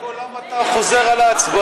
קודם כול, למה אתה חוזר על ההצבעה?